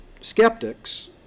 skeptics